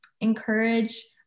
encourage